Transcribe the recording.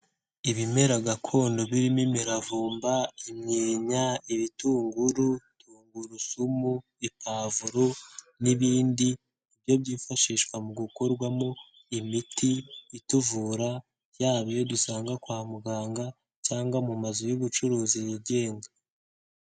Ibimera gakondo birimo imiravumba, imyenya, ibitunguru, tungurusumu, ipavuro n'ibindi byo byifashishwa mu gukorwamo imiti ituvura yaba iyo dusanga kwa muganga cyangwa mu mazu y'ubucuruzi yigenga.